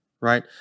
right